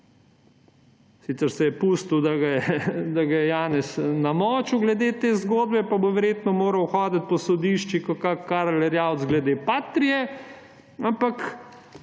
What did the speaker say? Sicer se je pustil, da ga je Janez namočil glede te zgodbe pa bo verjetno moral hoditi po sodiščih kot kakšen Karl Erjavec glede Patrie. Ampak